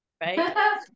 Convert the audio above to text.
Right